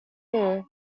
true